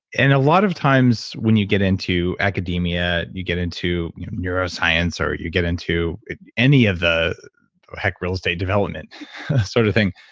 and a lot of times when you get into academia, when you get into neuroscience, or you get into any of the. or heck, real estate development sort of thing,